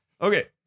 Okay